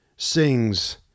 Sings